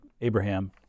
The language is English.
Abraham